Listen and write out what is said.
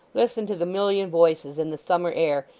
listen to the million voices in the summer air,